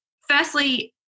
firstly